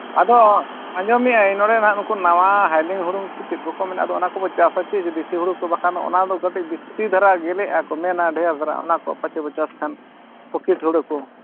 ᱟᱫᱚ ᱟᱸᱡᱚᱢᱮᱫᱼᱟᱹᱧ ᱱᱚᱰᱮᱱᱟᱜ ᱱᱩᱠᱩ ᱱᱟᱣᱟ ᱦᱟᱭᱞᱤᱝ ᱦᱩᱲᱩᱝ ᱠᱚ ᱪᱮᱫ ᱠᱚᱠᱚ ᱢᱮᱱᱟᱜ ᱫᱚ ᱚᱱᱟ ᱠᱚᱵᱚ ᱪᱟᱥᱟ ᱪᱮ ᱫᱮᱥᱤ ᱦᱩᱟᱲᱩ ᱠᱚ ᱵᱟᱠᱷᱟᱱ ᱚᱱᱟ ᱫᱚ ᱠᱟᱹᱴᱤᱡ ᱵᱤᱥᱛᱤ ᱫᱷᱟᱨᱟ ᱜᱮᱞᱮᱜᱼᱟ ᱠᱚ ᱢᱮᱱᱟ ᱰᱷᱮᱹᱨ ᱫᱷᱟᱨᱟ ᱚᱱᱟ ᱠᱚ ᱯᱟᱪᱷᱮ ᱵᱚ ᱪᱟᱥ ᱠᱷᱟᱱ ᱯᱚᱯᱷᱤᱴ ᱦᱩᱲᱩ ᱠᱚ